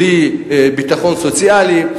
בלי ביטחון סוציאלי,